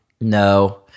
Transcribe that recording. no